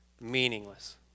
Meaningless